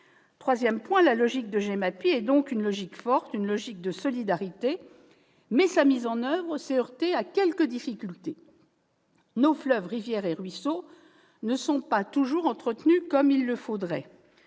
l'ai dit, la logique de la GEMAPI est donc une logique forte et de solidarité, mais sa mise en oeuvre s'est heurtée à quelques difficultés. Nos fleuves, rivières et ruisseaux ne sont pas toujours entretenus comme il le faudrait.